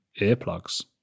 earplugs